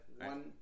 One